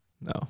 No